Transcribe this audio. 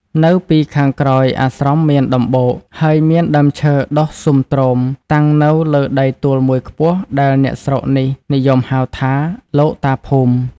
នៅពីខាងក្រោយអាស្រមមានដំបូក ហើយមានដើមឈើដុះស៊ុមទ្រម តាំងនៅលើដីទួលមួយខ្ពស់ ដែលអ្នកស្រុកនេះនិយមហៅថា "លោកតាភូមិ" ។